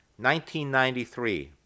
1993